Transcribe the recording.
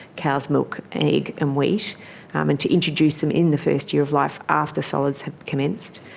cow's milk, egg and wheat, um and to introduce them in the first year of life after solids have commenced.